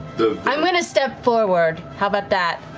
i'm going to step forward, how about that?